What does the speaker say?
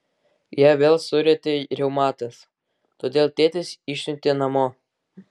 ją vėl surietė reumatas todėl tėtis išsiuntė namo